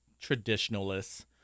traditionalists